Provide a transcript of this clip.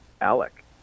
Alec